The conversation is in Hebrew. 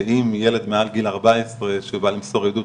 שאם ילד מעל גיל 14 שבא למסור עדות,